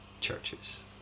churches